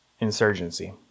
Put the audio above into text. insurgency